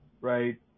right